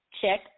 check